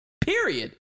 period